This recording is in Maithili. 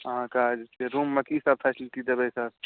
अहाँके रूममे की सभ फैसिलिटी देबय सर